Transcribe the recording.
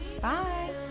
bye